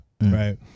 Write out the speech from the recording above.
Right